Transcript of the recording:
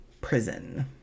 Prison